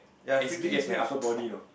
as big as my upper body you know